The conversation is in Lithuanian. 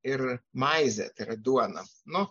ir maize tai yra duona nu